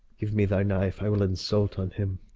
give me thy knife, i will insult on him,